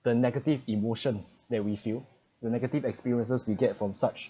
the negative emotions that we feel the negative experiences we get from such